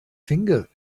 finger